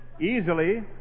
easily